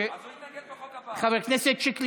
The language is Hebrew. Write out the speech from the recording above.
תודה רבה לכם.